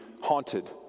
haunted